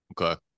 Okay